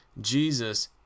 Jesus